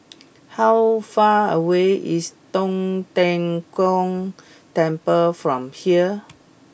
how far away is Tong Tien Kung Temple from here